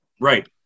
Right